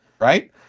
right